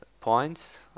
points